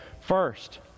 first